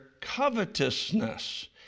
covetousness